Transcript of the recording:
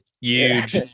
Huge